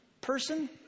person